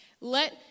Let